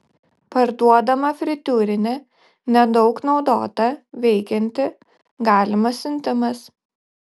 parduodama fritiūrinė nedaug naudota veikianti galimas siuntimas